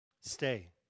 Stay